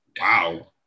Wow